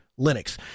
Linux